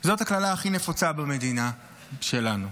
זאת הקללה הכי נפוצה במדינה שלנו.